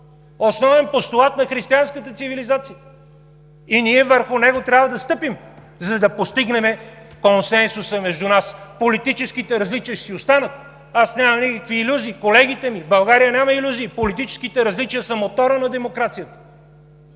основен постулат на християнската цивилизация. И ние върху него трябва да стъпим, за да постигнем консенсуса между нас. Политическите различия ще си останат, аз нямам никакви илюзии, колегите ми, България няма илюзии – политическите различия са моторът на демокрацията.